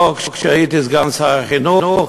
כשהייתי בשעתו סגן שר החינוך,